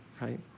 right